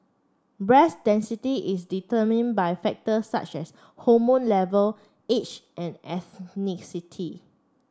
breast density is determined by factors such as hormone level age and